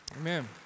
Amen